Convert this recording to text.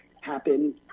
happen